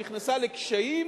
נכנסה לקשיים,